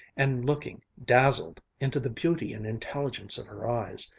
and looking dazzled into the beauty and intelligence of her eyes,